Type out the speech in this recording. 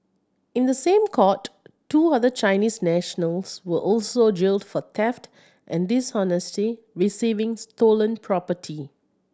in the same court two other Chinese nationals were also jailed for theft and dishonestly receiving stolen property